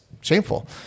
shameful